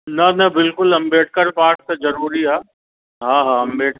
न न बिल्कुलु अम्बेडकर पार्क त ज़रूरी आहे हा हा अम्बेड